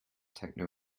techno